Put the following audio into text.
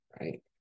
right